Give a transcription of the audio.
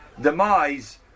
demise